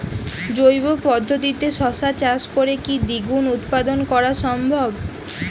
জৈব পদ্ধতিতে শশা চাষ করে কি দ্বিগুণ উৎপাদন করা সম্ভব?